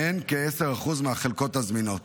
שהן כ-10% מהחלקות הזמינות.